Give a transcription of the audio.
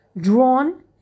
drawn